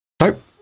nope